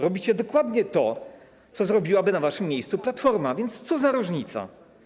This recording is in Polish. Robicie dokładnie to, co zrobiłaby na waszym miejscu Platforma, więc co za różnica.